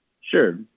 Sure